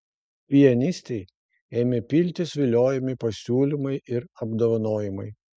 pianistei ėmė piltis viliojami pasiūlymai ir apdovanojimai